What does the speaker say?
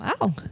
Wow